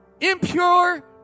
impure